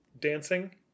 dancing